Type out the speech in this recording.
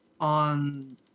On